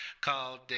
called